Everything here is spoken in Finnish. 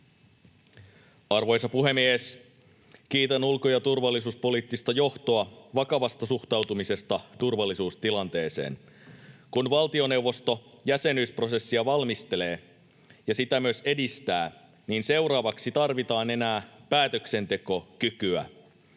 Arvoisa puhemies! Kiitän ulko- ja turvallisuuspoliittista johtoa vakavasta suhtautumisesta turvallisuustilanteeseen. Kun valtioneuvosto jäsenyysprosessia valmistelee ja sitä myös edistää, niin seuraavaksi tarvitaan enää päätöksentekokykyä.